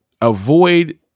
Avoid